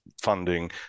funding